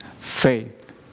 faith